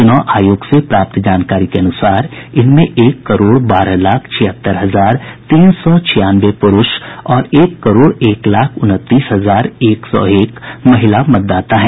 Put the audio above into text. चूनाव आयोग से प्राप्त जानकारी के अनुसार इनमें एक करोड़ बारह लाख छियहत्तर हजार तीन सौ छियानवे पुरूष और एक करोड़ एक लाख उनतीस हजार एक सौ एक महिला मतदाता हैं